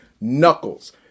knuckles